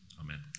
Amen